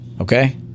Okay